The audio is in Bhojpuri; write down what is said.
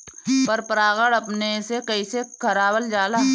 पर परागण अपने से कइसे करावल जाला?